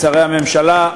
שרי הממשלה,